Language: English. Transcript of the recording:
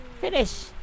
Finish